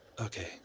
okay